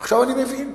עכשיו, אני מבין.